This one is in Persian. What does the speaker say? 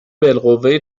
بالقوه